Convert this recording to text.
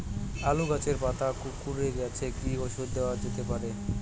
আলু গাছের পাতা কুকরে গেছে কি ঔষধ দেওয়া যেতে পারে?